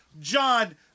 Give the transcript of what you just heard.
John